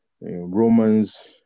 Romans